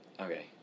Okay